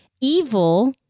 Evil